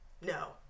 no